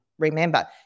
remember